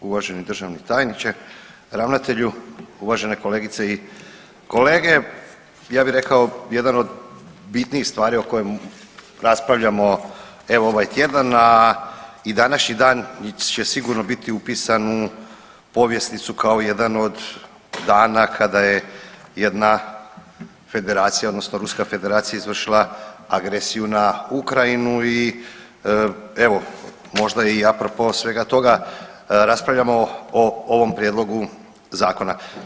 Uvaženi državni tajniče, ravnatelju, uvažene kolegice i kolege, ja bi rekao jedan od bitnijih stvari o kojem raspravljamo evo ovaj tjedan, a i današnji dan će sigurno biti upisan u povjesnicu kao jedan od dana kada je jedna federacija odnosno Ruska Federacija izvršila agresiju na Ukrajinu i evo možda i apropo svega toga raspravljamo ovom prijedlogu zakona.